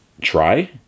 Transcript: try